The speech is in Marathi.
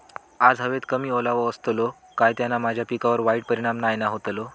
आज हवेत कमी ओलावो असतलो काय त्याना माझ्या पिकावर वाईट परिणाम नाय ना व्हतलो?